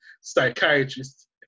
Psychiatrist